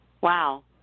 Wow